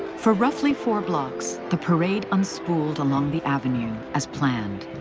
for roughly four blocks, the parade unspooled along the avenue as planned.